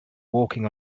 walking